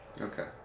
Okay